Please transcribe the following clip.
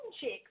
chicks